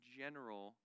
general